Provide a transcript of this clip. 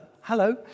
hello